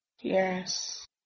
Yes